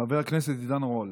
חבר הכנסת עידן רול.